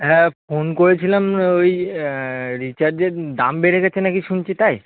হ্যাঁ ফোন করেছিলাম ওই রিচার্জের দাম বেড়ে গেছে নাকি শুনছি তাই